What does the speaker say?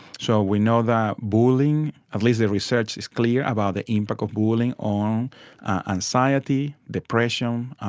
so we know that bullying, at least the research is clear about the impact of bullying on anxiety, depression,